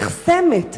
נחסמת.